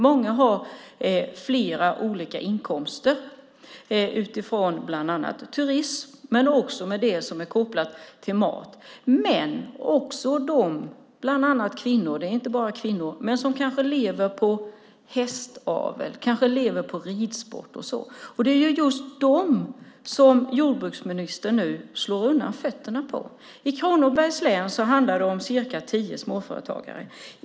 Många - inte bara kvinnor - har flera olika inkomster med utgångspunkt bland annat i turism och sådant som är kopplat till mat, hästavel och ridsport. Jordbruksministern slår undan fötterna för just dem. I Kronobergs län handlar det om cirka tio småföretagare.